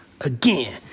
Again